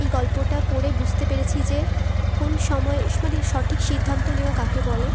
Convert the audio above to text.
এই গল্পটা পড়ে বুঝতে পেরেছি যে কোন সময়ে মানে সঠিক সিদ্ধান্ত নেওয়া কাকে বলে